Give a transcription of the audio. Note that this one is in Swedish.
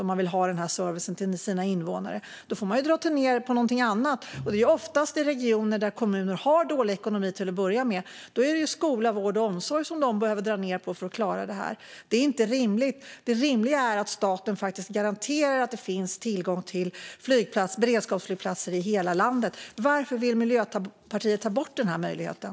Om man vill ha den servicen för sina invånare får man dra ned på något annat, och det är oftast i regioner där kommuner har dålig ekonomi till att börja med. Då är det skola, vård och omsorg som man behöver dra ned på för att klara det här. Det är inte rimligt. Det rimliga är att staten garanterar att det finns tillgång till beredskapsflygplatser i hela landet. Varför vill Miljöpartiet ta bort den möjligheten?